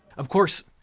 of course,